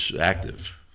active